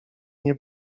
nie